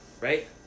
Right